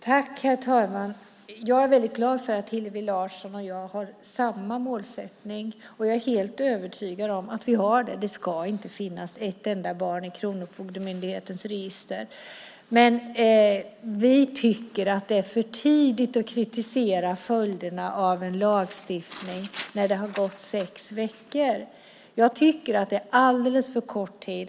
Herr talman! Jag är väldigt glad för att Hillevi Larsson och jag har samma målsättning. Jag är helt övertygad om att vi har det. Det ska inte finnas ett enda barn i Kronofogdemyndighetens register. Men vi tycker att det är för tidigt att kritisera följderna av en lagstiftning när det har gått sex veckor. Jag tycker att det är alldeles för kort tid.